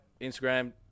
Instagram